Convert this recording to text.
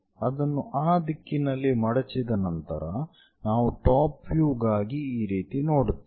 ಅದನ್ನು ಆ ದಿಕ್ಕಿನಲ್ಲಿ ಮಡಚಿದ ನಂತರ ನಾವು ಟಾಪ್ ವ್ಯೂ ಗಾಗಿ ಈ ರೀತಿ ನೋಡುತ್ತೇವೆ